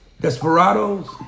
Desperados